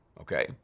okay